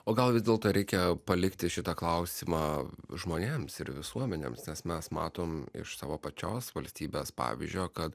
o gal vis dėlto reikia palikti šitą klausimą žmonėms ir visuomenėms nes mes matom iš savo pačios valstybės pavyzdžio kad